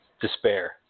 despair